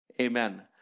Amen